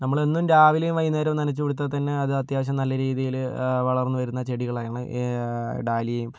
നമ്മളെന്നും രാവിലേയും വൈകുന്നേരവും നനച്ച് കൊടുത്താൽത്തന്നെ അത് അത്യാവശ്യം നല്ല രീതിയില് വളർന്ന് വരുന്ന ചെടികളാണ് ഡാലിയയും